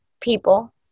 People